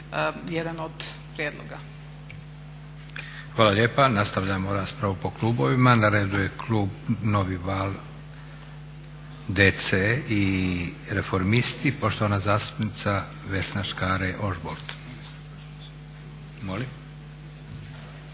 Hvala lijepa. Nastavljamo raspravu po klubovima. Na redu je klub Novi val DC i Reformisti poštovana zastupnica Vesna Škare-Ožbolt.